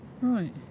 right